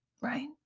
right